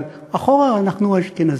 אבל אחורה אנחנו אשכנזים.